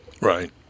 Right